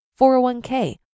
401k